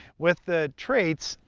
with the traits,